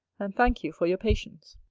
and thank you for your patience.